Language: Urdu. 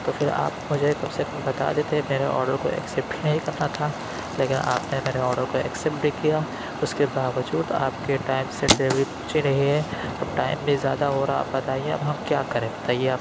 تو پھر آپ مجھے کم سے کم بتا دیتے میرے آڈر کو ایکسیپٹ ہی نہیں کرنا تھا لیکن آپ نے میرے آڈر کو ایکسیپٹ بھی کیا اُس کے باوجود آپ کے ٹائم سے ڈلیوری پہنچی نہیں ہے اب ٹائم بھی زیادہ ہو رہا اب بتائیے اب ہم کیا کریں بتائیے آپ